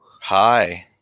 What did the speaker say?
Hi